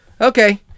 Okay